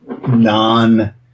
non